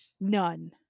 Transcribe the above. None